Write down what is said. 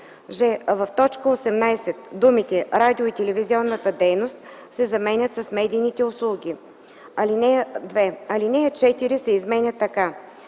т. 18 думите „радио- и телевизионната дейност” се заменят с „медийните услуги”. 2. Алинея 4 се изменя така: